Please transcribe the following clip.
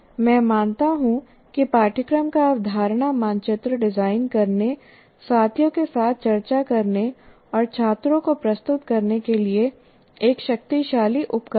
मैं मानता हूं कि पाठ्यक्रम का अवधारणा मानचित्र डिजाइन करने साथियों के साथ चर्चा करने और छात्रों को प्रस्तुत करने के लिए एक शक्तिशाली उपकरण है